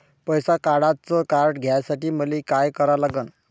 पैसा काढ्याचं कार्ड घेण्यासाठी मले काय करा लागन?